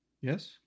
Yes